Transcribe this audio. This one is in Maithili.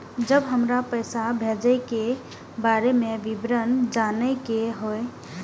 जब हमरा पैसा भेजय के बारे में विवरण जानय के होय?